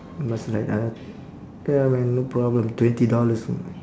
must like uh ya man no problem twenty dollars